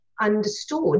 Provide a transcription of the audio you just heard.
understood